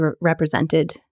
represented